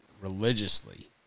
religiously